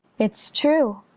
it's true.